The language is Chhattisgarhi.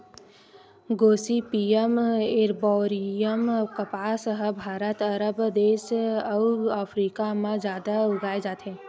गोसिपीयम एरबॉरियम कपसा ह भारत, अरब देस अउ अफ्रीका म जादा उगाए जाथे